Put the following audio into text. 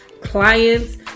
clients